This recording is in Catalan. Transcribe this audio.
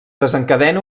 desencadena